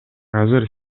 азыр